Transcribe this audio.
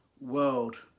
world